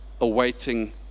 awaiting